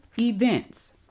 events